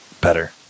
better